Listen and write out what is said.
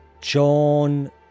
John